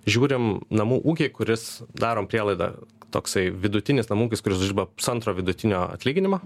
žiūrim namų ūkį kuris darom prielaidą toksai vidutinis namų ūkis kuris uždirba pusantro vidutinio atlyginimo